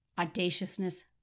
Audaciousness